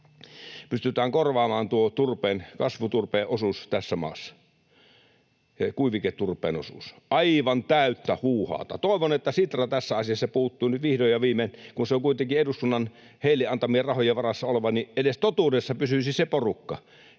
pystytään korvaamaan tuo kuiviketurpeen osuus tässä maassa — aivan täyttä huuhaata. Toivon, että Sitra tässä asiassa puuttuu nyt vihdoin ja viimein, kun se on kuitenkin eduskunnan heille antamien rahojen varassa oleva, siihen, että edes totuudessa pysyisi se porukka.